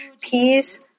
peace